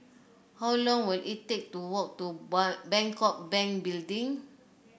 how long will it take to walk to Bangkok Bank Building